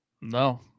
No